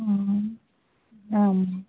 अँ अँ